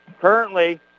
Currently